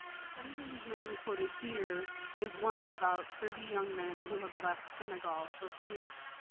the senegalese man quoted here is one of about thirty young men who have left senegal for sirte,